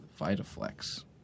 VitaFlex